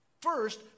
First